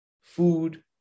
food